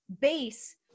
base